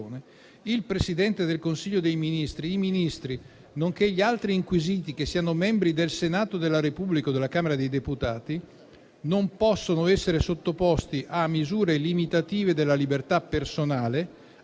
il Presidente del Consiglio dei Ministri, i Ministri, nonché gli altri inquisiti, che siano membri del Senato della Repubblica o della Camera dei deputati, non possano essere sottoposti a misure limitative della libertà personale,